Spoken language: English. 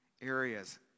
areas